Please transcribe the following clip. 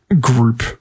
group